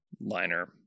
liner